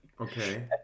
Okay